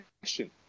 question